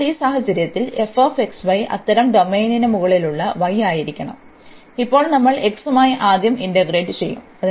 അതിനാൽ ഈ സാഹചര്യത്തിൽ ഈ അത്തരം ഡൊമെയ്നിന് മുകളിലുള്ള y ആയിരിക്കും ഇപ്പോൾ നമ്മൾ x മായി ആദ്യം ഇന്റഗ്രേറ്റ് ചെയ്യുo